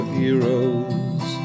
heroes